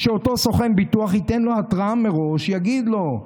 שאותו סוכן ביטוח ייתן לו התראה מראש, יגיד לו: